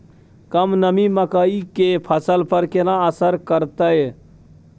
कम नमी मकई के फसल पर केना असर करतय?